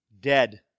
dead